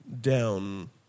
down